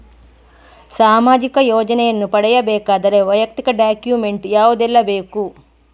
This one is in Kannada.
ಸಾಮಾಜಿಕ ಯೋಜನೆಯನ್ನು ಪಡೆಯಬೇಕಾದರೆ ವೈಯಕ್ತಿಕ ಡಾಕ್ಯುಮೆಂಟ್ ಯಾವುದೆಲ್ಲ ಬೇಕು?